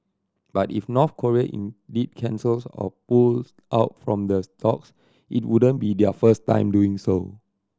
but if North Korea indeed cancels or pulls out from the stalks it wouldn't be their first time doing so